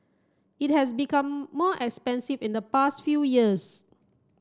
it has become more expensive in the past few years